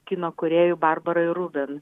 kino kūrėjų barbarai ruven